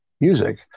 music